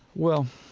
well,